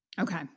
Okay